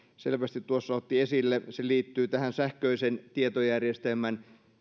selvästi tuossa otti esille se liittyy tähän sähköisen tietojärjestelmän